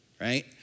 right